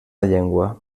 llengua